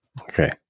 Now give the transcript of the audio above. Okay